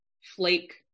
flake